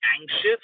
anxious